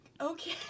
Okay